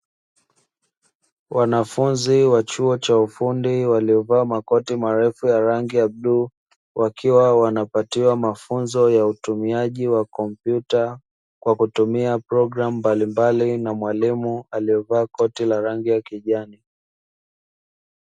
Wanafunzi wa chuo cha ufundi, waliovaa makoti marefu ya rangi ya bluu, wakiwa wanapatiwa mafunzo ya utumiaji wa kompyuta kwa kutumia programu mbalimbali na mwalimu aliyevaa koti la rangi ya kijani.